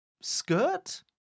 skirt